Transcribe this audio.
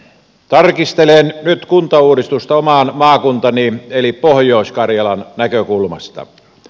tarkastelen nyt kuntauudistusta oman maakuntani eli pohjois karjalan näkökulmasta